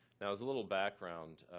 now as a little background,